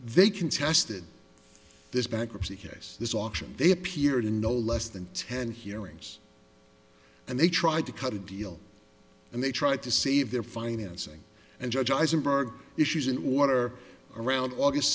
they contested this bankruptcy case this option they appeared in no less than ten hearings and they tried to cut a deal and they tried to save their financing and judge eisenberg issues in water around august